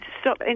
stop